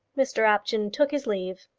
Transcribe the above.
mr apjohn took his leave.